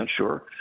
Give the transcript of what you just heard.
sure